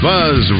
Buzz